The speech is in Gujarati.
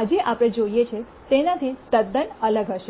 આજે આપણે જોઈએ છીએ તેનાથી તદ્દન અલગ હશે